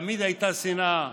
תמיד הייתה שנאה,